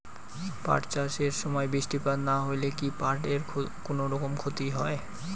পাট চাষ এর সময় বৃষ্টিপাত না হইলে কি পাট এর কুনোরকম ক্ষতি হয়?